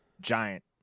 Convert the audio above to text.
Giant